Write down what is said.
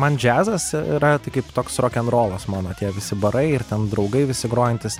man džiazas yra tai kaip toks rokenrolas mano tie visi barai ir ten draugai visi grojantys